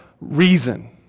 reason